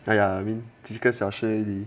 well ya I mean 几个小时而已